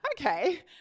okay